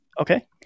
Okay